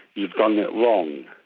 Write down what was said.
you've done it wrong.